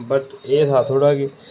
वट् एह् हा थोह्ड़ा कि